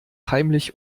heimlich